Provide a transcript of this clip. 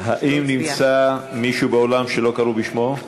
האם נמצא מישהו באולם שלא קראו בשמו?